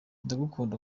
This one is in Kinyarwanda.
ndagukunda